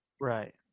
Right